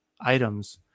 items